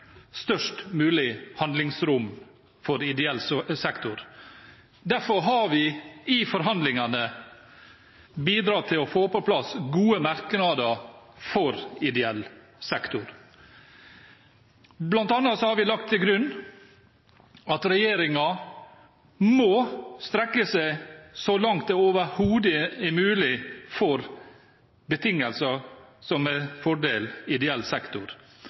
størst mulig handlingsrom for ideell sektor. Derfor har vi i forhandlingene bidratt til å få på plass gode merknader for ideell sektor. Blant annet har vi lagt til grunn at regjeringen må strekke seg så langt det overhodet er mulig for betingelser som er en fordel for ideell sektor.